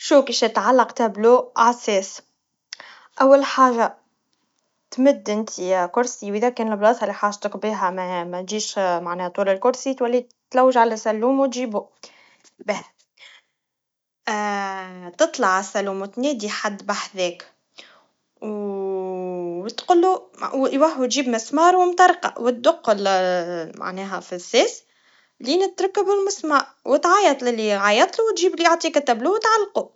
شو كيش تعلق لوحا, عاساس أول حاجا تمد انكي كرسي لهداك مكان الحاجا اللي مانجيش معناها طول الكرسي, تلوج على سلوم وتجيبه, به- تطلع عالسلوم وتنادي حد بحذاك, و وتقوله- وهو يجيب مسمار, ونطرقه, وتدق ال- معناها في اساس, لين تركب المسمار, وتعيط للي عيطله, وتجيب اللي يعطيك اللوحة وتعلقها.